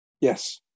yes